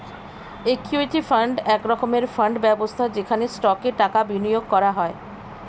equity fund এক রকমের fund ব্যবস্থা যেখানে স্টকে টাকা বিনিয়োগ করা হয়